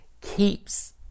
keeps